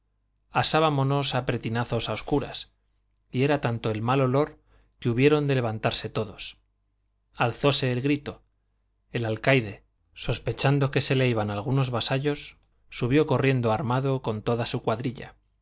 concurso asábamonos a pretinazos a oscuras y era tanto el mal olor que hubieron de levantarse todos alzóse el grito el alcaide sospechando que se le iban algunos vasallos subió corriendo armado con toda su cuadrilla